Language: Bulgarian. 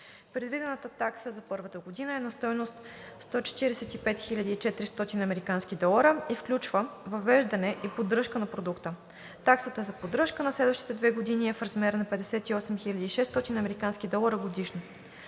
Предвидената такса за първата година е на стойност 145 400 американски долара и включва въвеждане и поддръжка на продукта. Таксата за поддръжка за следващите две години е в размер 58 600 американски долара годишно.